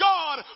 God